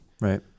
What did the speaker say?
right